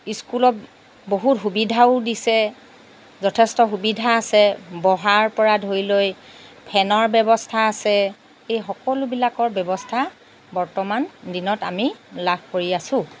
স্কুলক বহুত সুবিধাও দিছে যথেষ্ট সুবিধা আছে বহাৰ পৰা ধৰি লৈ ফেনৰ ব্যৱস্থা আছে এই সকলোবিলাকৰ ব্যৱস্থা বৰ্তমান দিনত আমি লাভ কৰি আছোঁ